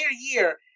year